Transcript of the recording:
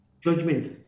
Judgment